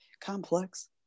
complex